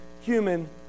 human